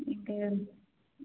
ఇంకా